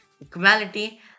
equality